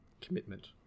commitment